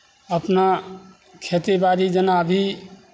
अपना खेतीबाड़ी जेना अभी